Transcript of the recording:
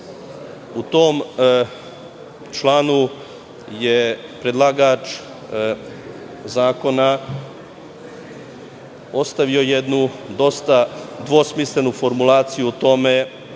U tom članu je predlagač zakona ostavio jednu dosta dvosmislenu formulaciju o tome